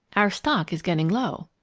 our stock is getting low.